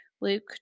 Luke